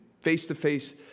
face-to-face